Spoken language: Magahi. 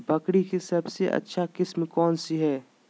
बकरी के सबसे अच्छा किस्म कौन सी है?